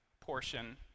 portion